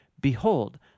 Behold